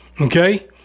Okay